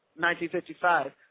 1955